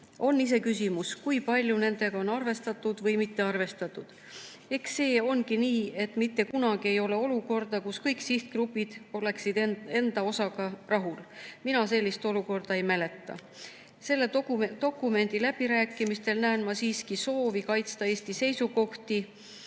On iseküsimus, kui palju nendega on arvestatud. Eks see ongi nii, et mitte kunagi ei ole olukorda, kus kõik sihtgrupid oleksid enda osaga rahul. Mina sellist olukorda ei mäleta. Selle dokumendi läbirääkimistel näen ma siiski soovi kaitsta Eesti seisukohti.